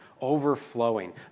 overflowing